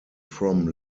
from